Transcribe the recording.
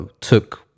took